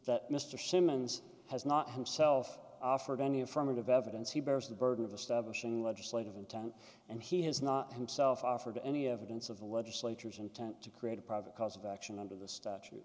that mr simmons has not himself offered any affirmative evidence he bears the burden of the staff legislative intent and he has not himself offered any evidence of the legislature's intent to create a private cause of action under the statute